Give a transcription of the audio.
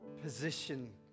position